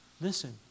Listen